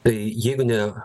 tai jeigu ne